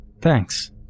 thanks